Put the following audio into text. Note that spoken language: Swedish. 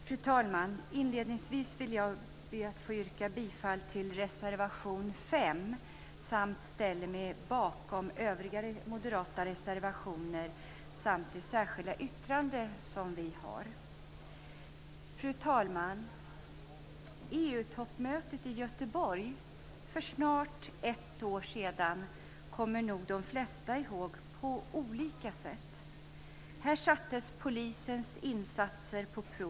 Fru talman! Inledningsvis ber jag att få yrka bifall till reservation nr 5. Jag ställer mig bakom övriga moderata reservationer samt det särskilda yttrandet. Fru talman! EU-toppmötet i Göteborg för snart ett år sedan kommer nog de flesta ihåg på olika sätt. Här sattes polisens insatser på prov.